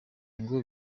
ngo